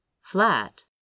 flat